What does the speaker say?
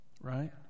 right